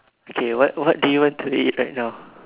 okay what what do you want to eat right now